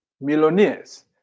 millionaires